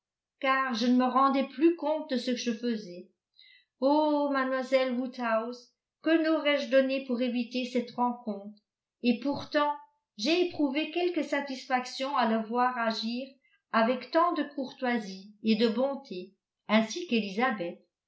car je ne me rendais plus compte de ce que je faisais oh mademoiselle woodhouse que n'aurais-je donné pour éviter cette rencontre et pourtant j'ai éprouvé quelque satisfaction à le voir agir avec tant de courtoisie et de bonté ainsi qu'elisabeth je